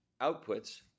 outputs